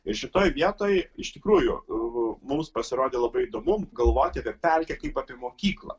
ir šitoj vietoj iš tikrųjų mums pasirodė labai įdomu galvoti apie pelkę kaip apie mokyklą